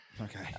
Okay